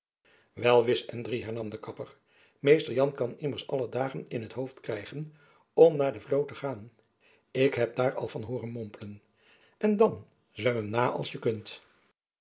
wel wis en drie hernam de kapper mr jan kan immers alle dagen in t hoofd krijgen om naar de vloot te gaan ik heb daar al van hooren mompelen en dan zwem hem na als je kunt